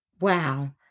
Wow